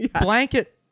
blanket